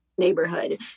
neighborhood